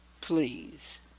Please